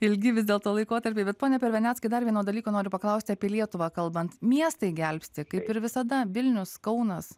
ilgi vis dėlto laikotarpiai bet pone perveneckai dar vieno dalyko noriu paklausti apie lietuvą kalbant miestai gelbsti kaip ir visada vilnius kaunas